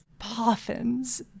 poffins